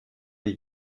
les